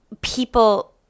people